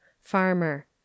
Farmer